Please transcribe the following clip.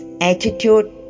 attitude